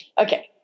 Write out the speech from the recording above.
Okay